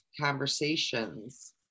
conversations